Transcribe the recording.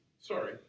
Sorry